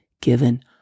given